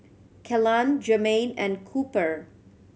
Kellan Germaine and Cooper